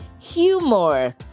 humor